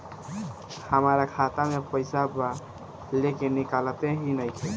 हमार खाता मे पईसा बा लेकिन निकालते ही नईखे?